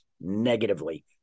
negatively